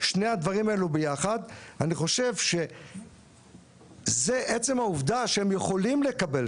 שני הדברים האלו ביחד אני חושב שעצם העובדה שהם יכולים לקבל,